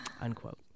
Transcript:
unquote